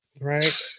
right